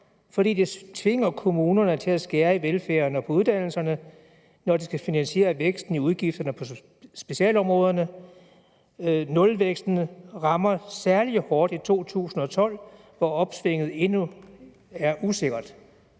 fordi det tvinger kommunerne til at skære i velfærden og på uddannelser, når de skal finansiere væksten i udgifterne på specialområderne. Nulvæksten rammer særligt hårdt i 2012, hvor opsvinget endnu er usikkert«.